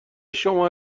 شما